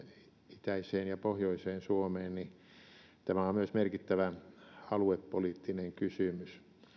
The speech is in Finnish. itäiseen ja pohjoiseen suomeen niin tämä on myös merkittävä aluepoliittinen kysymys